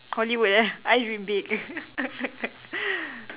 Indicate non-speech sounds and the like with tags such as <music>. Hollywood eh I dream big <laughs>